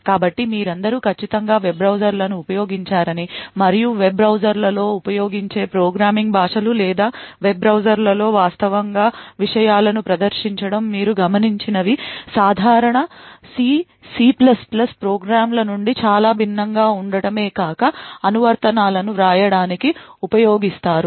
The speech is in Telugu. కాబట్టి మీరందరూ ఖచ్చితంగా వెబ్ బ్రౌజర్లను ఉపయోగించారని మరియు వెబ్ బ్రౌజర్లలో ఉపయోగించే ప్రోగ్రామింగ్ భాషలు లేదా వెబ్ బ్రౌజర్లలో వాస్తవంగా విషయాలను ప్రదర్శించడం మీరు గమనించినవి సాధారణ సి లేదా సి ప్రోగ్రామ్ల నుండి చాలా భిన్నంగా ఉండటమే కాక అనువర్తనాలను వ్రాయడానికి ఉపయోగిస్తారు